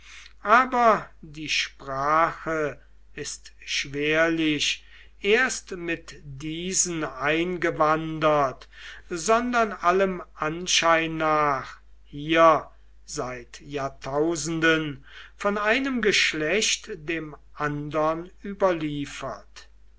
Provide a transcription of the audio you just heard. aber die sprache ist schwerlich erst mit diesen eingewandert sondern allem anschein nach hier seit jahrtausenden von einem geschlecht dem andern überliefert